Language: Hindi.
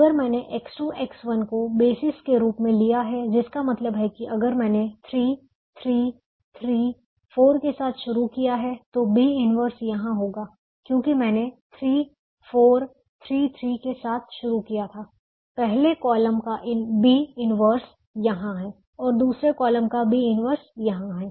अगर मैंने X2 X1 को बेसिस के रूप में लिया है जिसका मतलब है कि अगर मैंने 3 3 3 4 के साथ शुरू किया है तो B 1 यहां होगा क्योंकि मैंने 3 4 3 3 के साथ शुरू किया था पहले कॉलम का B इन्वर्स B 1 यहाँ है और दूसरे कॉलम का B 1 यहाँ है